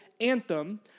anthem